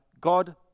God